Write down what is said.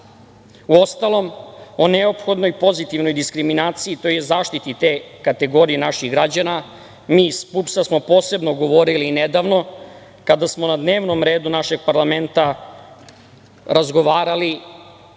Uostalom, o neophodnoj pozitivnoj diskriminaciji tj. zaštiti te kategorije naših građana, mi iz PUPS-a smo posebno govorili nedavno kada smo na dnevnom redu našeg parlamenta razgovarali